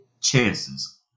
chances